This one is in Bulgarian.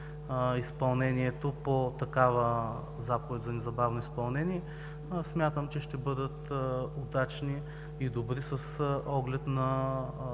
изпълнението по такава заповед за незабавно изпълнение, смятам, че ще бъдат удачни и добри с оглед на